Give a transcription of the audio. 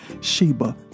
Sheba